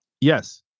Yes